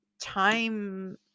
time